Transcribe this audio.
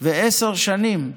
ועשר שנים,